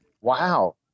Wow